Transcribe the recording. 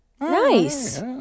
Nice